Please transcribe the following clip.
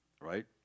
right